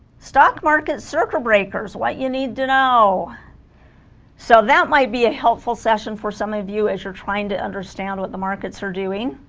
stock markets circuit breakers what you need to know so that might be a helpful session for some of you as you're trying to understand what the markets are doing